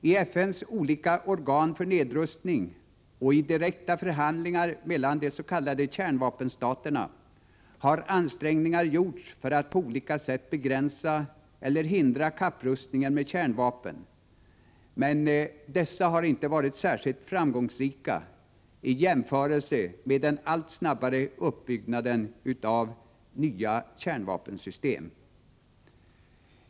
I FN:s olika organ för nedrustning och i direkta förhandlingar mellan de s.k. kärnvapenstaterna har ansträngningar gjorts för att på olika sätt begränsa eller hindra kapprustningen med kärnvapen, men dessa har inte varit särskilt framgångsrika i jämförelse med den allt snabbare uppbyggnaden av nya kärnvapensystem.